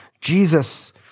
Jesus